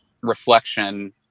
reflection